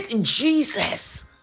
Jesus